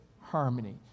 harmony